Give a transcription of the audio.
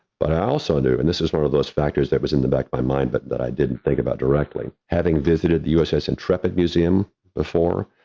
but i also do and this is one of those factors that was in the back of my mind, but that i didn't think about directly having visited the uss intrepid museum before.